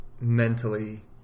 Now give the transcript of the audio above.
mentally